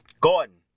Gordon